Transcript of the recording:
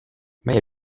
meie